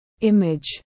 image